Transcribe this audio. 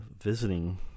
visiting